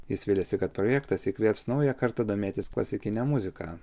jis viliasi kad projektas įkvėps naują kartą domėtis klasikine muzika